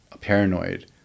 paranoid